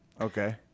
Okay